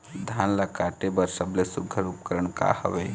धान ला काटे बर सबले सुघ्घर उपकरण का हवए?